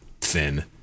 thin